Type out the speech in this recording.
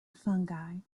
fungi